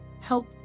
help